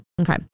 Okay